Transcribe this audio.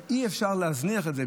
ואי-אפשר להזניח את זה,